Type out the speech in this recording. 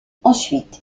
ensuite